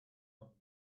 off